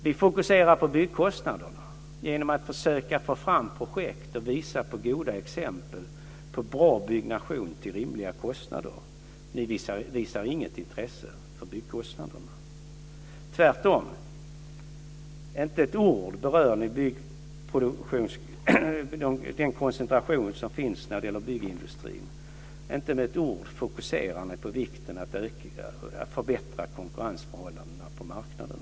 Vi fokuserar på byggkostnaderna genom att försöka ta fram projekt och visa goda exempel på bra byggnation till rimliga kostnader. Ni visar inget intresse för byggkostnaderna. Tvärtom - inte med ett ord berör ni den koncentration som finns inom byggindustrin. Inte med ett ord fokuserar ni på vikten av att förbättra konkurrensförhållandena på marknaden.